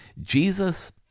Jesus